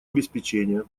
обеспечения